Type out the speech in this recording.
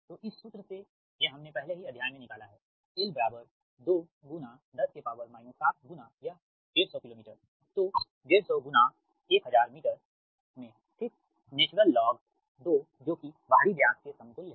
तो इस सूत्र से यह हमने पहले ही अध्याय में निकाला है L210 7गुणा यह 150 किलोमीटर तो 150 गुणा 1000 मीटर में ठीक नेचुरल log ln 2 जो कि बाहरी व्यास के समतुल्य है